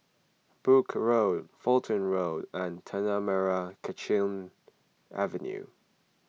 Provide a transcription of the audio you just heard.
Brooke Road Fulton Road and Tanah Merah Kechil Avenue